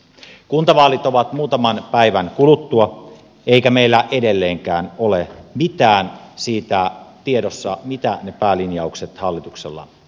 kuntavaalit ovat muutaman päivän kuluttua eikä meillä edelleenkään ole mitään siitä tiedossa mitä ne päälinjaukset hallituksella ovat